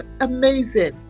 amazing